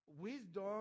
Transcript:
Wisdom